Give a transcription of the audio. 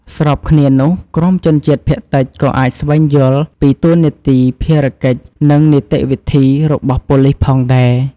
ស្របគ្នានោះ ក្រុមជនជាតិភាគតិចក៏អាចស្វែងយល់ពីតួនាទី ភារកិច្ច និងនីតិវិធីរបស់ប៉ូលិសផងដែរ។